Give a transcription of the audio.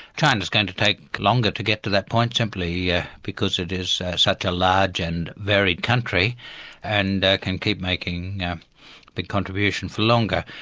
china's going to take longer to get to that point simply yeah because it is such a large and varied country and can keep making a big contribution for longer.